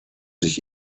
sich